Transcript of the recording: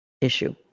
issue